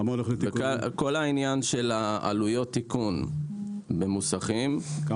כל העניין של עלויות התיקון במוסכים זה